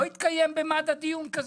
לא התקיים במד"א דיון כזה?